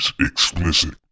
explicit